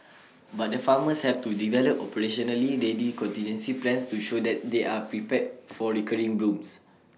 but the farmers have to develop operationally ready contingency plans to show that they are prepared for recurring blooms